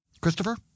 Christopher